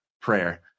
prayer